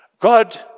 God